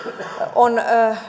on